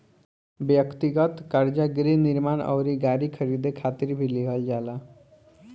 ब्यक्तिगत कर्जा गृह निर्माण अउरी गाड़ी खरीदे खातिर भी लिहल जाला